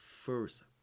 first